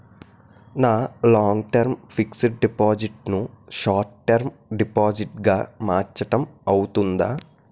నా long term fixed deposit ను short term deposit గా మార్చటం అవ్తుందా?